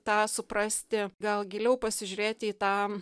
tą suprasti gal giliau pasižiūrėti į tą